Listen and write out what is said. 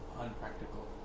unpractical